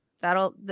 that'll